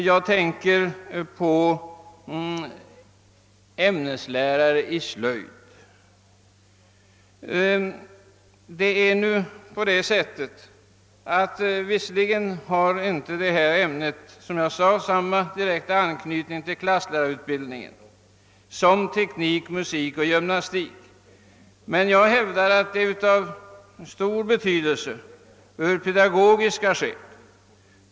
Jag tänker på frågan om ämneslärare i slöjd. Visserligen har inte ämnet slöjd samma direkta anknytning till klasslärarnas utbildning som teckning, musik och gymnastik, men jag hävdar att detta ämne har stor betydelse av pedagogiska skäl.